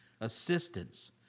assistance